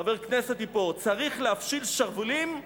חבר כנסת מפה: "צריך להפשיל שרוולים,